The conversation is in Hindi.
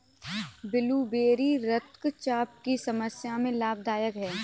ब्लूबेरी रक्तचाप की समस्या में लाभदायक है